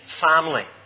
family